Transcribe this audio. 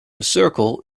circle